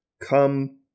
come